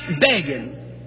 begging